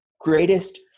greatest